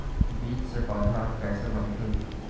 बीज से पौधा कैसे बनथे?